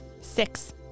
Six